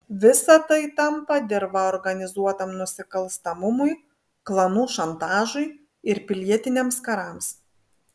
visa tai tampa dirva organizuotam nusikalstamumui klanų šantažui ir pilietiniams karams